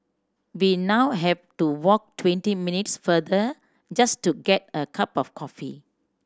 we now have to walk twenty minutes further just to get a cup of coffee